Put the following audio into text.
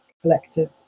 collective